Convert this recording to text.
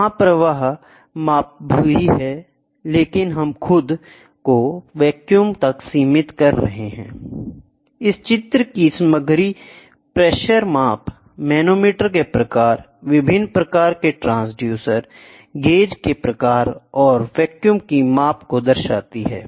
वहाँ प्रवाह माप भी है लेकिन हम खुद को वैक्यूम तक सीमित कर रहे हैंI इस चित्र की सामग्री प्रेशर माप मैनोमीटर के प्रकार विभिन्न प्रकार के ट्रांसड्यूसर गेज के प्रकार और वैक्यूम की माप को दर्शाती है